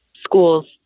school's